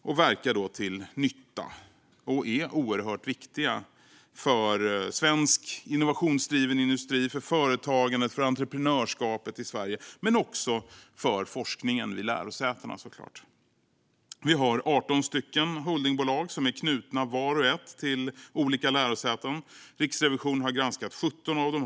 De verkar då till nytta och är oerhört viktiga för svensk innovationsdriven industri, för företagandet och entreprenörskapet i Sverige, men också för forskningen vid lärosätena, såklart. Vi har 18 holdingbolag som är knutna var och ett till olika lärosäten. Riksrevisionen har granskat 17 av dem.